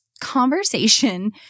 conversation